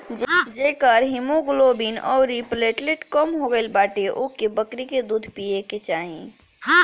जेकर हिमोग्लोबिन अउरी प्लेटलेट कम हो गईल बाटे ओके बकरी के दूध पिए के चाही